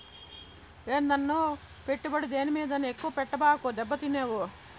ఏందన్నో, పెట్టుబడి దేని మీదైనా ఎక్కువ పెట్టబాకు, దెబ్బతినేవు